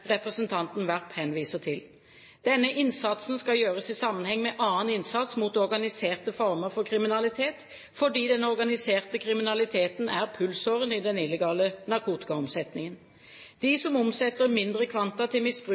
representanten Werp henviser til. Denne innsatsen skal gjøres i sammenheng med annen innsats mot organiserte former for kriminalitet, fordi den organiserte kriminaliteten er pulsåren i den illegale narkotikaomsetningen. De som omsetter mindre kvanta til